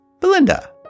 Belinda